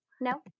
No